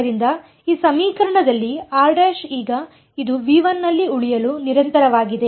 ಆದ್ದರಿಂದ ಈ ಸಮೀಕರಣದಲ್ಲಿ ಈಗ ಇದು ನಲ್ಲಿ ಉಳಿಯಲು ನಿರಂತರವಾಗಿದೆ